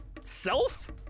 self